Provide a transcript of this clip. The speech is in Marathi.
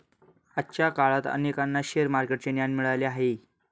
आजच्या काळात अनेकांना शेअर मार्केटचे ज्ञान मिळाले आहे